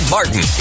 Martin